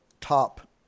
top